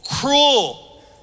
cruel